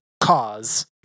cause